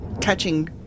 catching